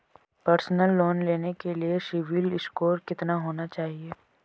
Personal loan लेने के लिए सिबिल स्कोर कितना होना चाहिए?